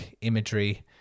imagery